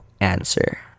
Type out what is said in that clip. answer